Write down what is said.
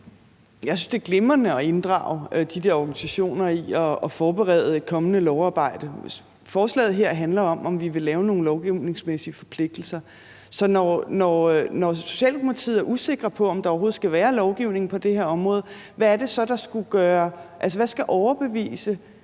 Jeg synes, det er glimrende at inddrage de der organisationer i at forberede et kommende lovarbejde. Forslaget her handler om, om vi vil lave nogle lovgivningsmæssige forpligtelser. Så når Socialdemokratiet er usikre på, om der overhovedet skal være lovgivning på det her område, må jeg spørge: Hvad skal overbevise